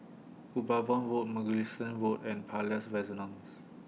Upavon Road Mugliston Road and Palais Renaissance